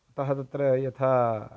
अतः तत्र यथा